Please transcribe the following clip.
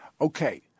Okay